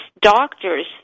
doctors